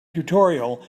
tutorial